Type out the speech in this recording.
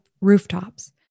rooftops